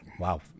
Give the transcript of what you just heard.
Wow